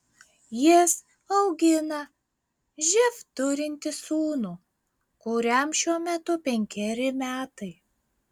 jis augina živ turintį sūnų kuriam šiuo metu penkeri metai